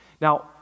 Now